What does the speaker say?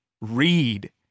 Read